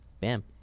bam